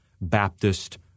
Baptist